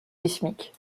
sismiques